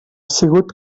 sigut